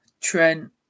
Trent